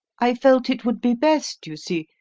i felt it would be best, you see,